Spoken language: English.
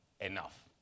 enough